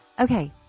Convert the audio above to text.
Okay